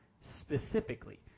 specifically